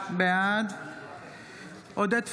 בעד עודד פורר,